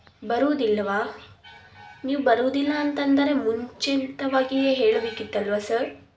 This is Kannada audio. ಬರುವುದಿಲ್ಲವಾ ನೀವು ಬರುವುದಿಲ್ಲ ಅಂತ ಅಂದರೆ ಮುಂಚಿತವಾಗಿಯೇ ಹೇಳಬೇಕಿತ್ತಲ್ಲವಾ ಸರ್